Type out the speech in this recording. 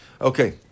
Okay